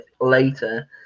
later